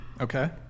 Okay